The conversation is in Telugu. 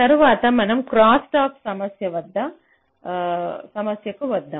తరువాత మనం క్రాస్స్టాక్ సమస్యకు వద్దాం